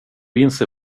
inser